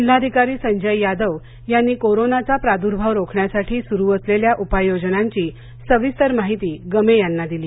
जिल्हाधिकारी संजय यादव यांनी कोरोनाचा प्रादुर्भाव रोखण्यासाठी सुरू असलेल्या उपाययोजनांची सविस्तर माहिती गमे यांना दिली